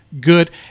good